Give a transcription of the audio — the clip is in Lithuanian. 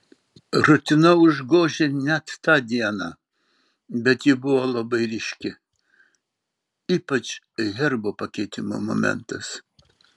rutina užgožė net tą dieną bet ji buvo labai ryški ypač herbo pakeitimo momentas